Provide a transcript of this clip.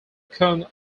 cone